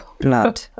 blood